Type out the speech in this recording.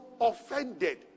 offended